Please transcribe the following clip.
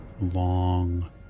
long